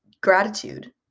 gratitude